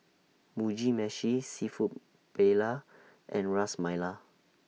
Mugi Meshi Seafood Paella and Ras Malai